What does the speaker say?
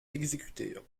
exécutée